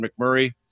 McMurray